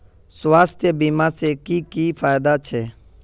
स्वास्थ्य बीमा से की की फायदा छे?